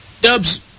Dubs